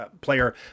player